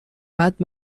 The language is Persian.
بعد